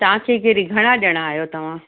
तव्हांखे कहिड़ी घणा ॼणां आहियो तव्हां